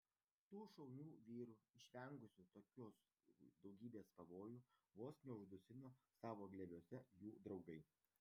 tų šaunių vyrų išvengusių tokios daugybės pavojų vos neuždusino savo glėbiuose jų draugai